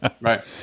Right